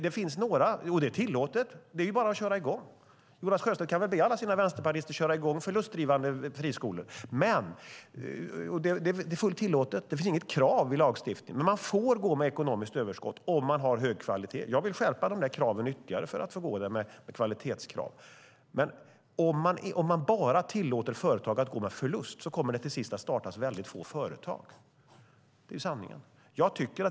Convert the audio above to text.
Det finns några, och det är fullt tillåtet, så det är bara köra i gång. Jonas Sjöstedt kan väl be alla sina vänsterpartister köra i gång förlustdrivande friskolor. Det finns inget krav i lagstiftningen. Man får dock gå med ekonomiskt överskott om man har hög kvalitet. Jag vill skärpa kraven ytterligare för att få höga kvalitetskrav. Men tillåter man bara företag att gå med förlust kommer det till slut att startas väldigt få företag. Det är sanningen.